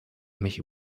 mich